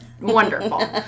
Wonderful